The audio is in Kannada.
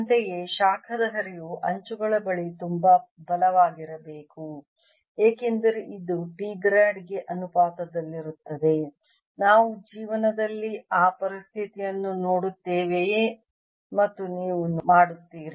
ಅಂತೆಯೇ ಶಾಖದ ಹರಿವು ಅಂಚುಗಳ ಬಳಿ ತುಂಬಾ ಬಲವಾಗಿರಬೇಕು ಏಕೆಂದರೆ ಇದು T ಗ್ರಾಡ್ ಗೆ ಅನುಪಾತದಲ್ಲಿರುತ್ತದೆ ನಾವು ಜೀವನದಲ್ಲಿ ಆ ಪರಿಸ್ಥಿತಿಯನ್ನು ನೋಡುತ್ತೇವೆಯೇ ಮತ್ತು ನೀವು ಮಾಡುತ್ತೀರಿ